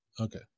Okay